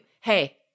hey